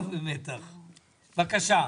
בבקשה.